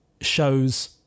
shows